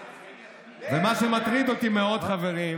מה שמטריד אותי מאוד, חברים,